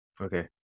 Okay